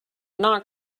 not